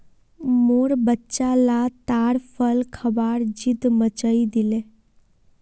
मोर बच्चा ला ताड़ फल खबार ज़िद मचइ दिले